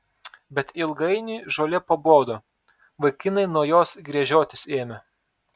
bet ilgainiui žolė pabodo vaikinai nuo jos gręžiotis ėmė